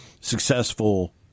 successful